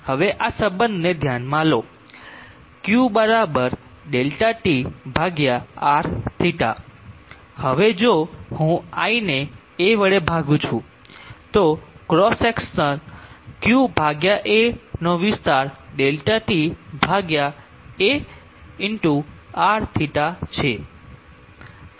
હવે આ સંબંધને ધ્યાનમાં લો Q ΔT Rθ હવે જો હું I ને A વડે ભાગું છું તો ક્રોસ સેક્શન Q A નો વિસ્તાર ΔTARθ છે